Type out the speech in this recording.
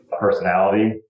personality